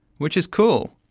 which is cool,